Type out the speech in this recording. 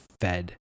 fed